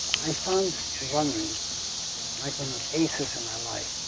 i found running like an oasis in my life.